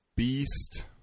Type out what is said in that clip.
Beast